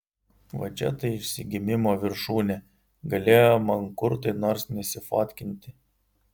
va čia tai išsigimimo viršūnė galėjo mankurtai nors nesifotkinti